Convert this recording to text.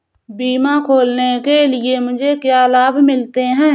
बीमा खोलने के लिए मुझे क्या लाभ मिलते हैं?